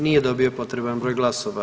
Nije dobio potreban broj glasova.